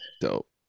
Dope